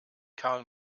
karl